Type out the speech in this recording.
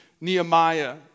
Nehemiah